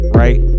right